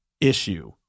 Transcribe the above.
issue